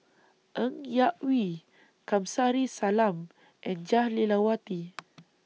Ng Yak Whee Kamsari Salam and Jah Lelawati